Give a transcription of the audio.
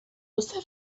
você